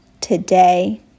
today